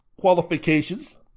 qualifications